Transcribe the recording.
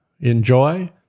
enjoy